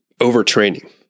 overtraining